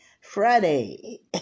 Friday